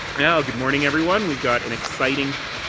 yeah good morning, everyone. we've got an exciting,